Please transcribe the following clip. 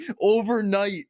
overnight